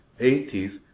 80s